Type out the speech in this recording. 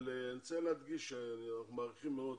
אני רוצה להדגיש שאנחנו מעריכים מאוד,